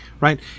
right